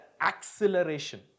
acceleration